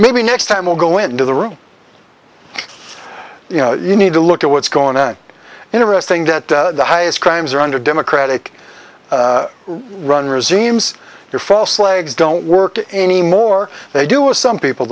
maybe next time we'll go into the room you know you need to look at what's going on interesting that the highest crimes are under democratic run regimes your false legs don't work anymore they do some people